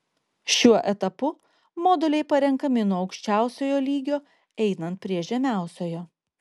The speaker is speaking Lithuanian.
šiuo etapu moduliai parenkami nuo aukščiausiojo lygio einant prie žemiausiojo